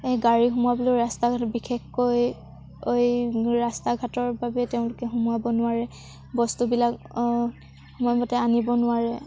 এই গাড়ী সোমোৱাবলৈয়ো ৰাস্তা ঘাট বিশেষকৈ ৰাস্তা ঘাটৰ বাবে তেওঁলোকে সোমোৱাব নোৱাৰে বস্তুবিলাক সময়মতে আনিব নোৱাৰে